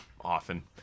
often